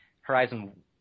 Horizon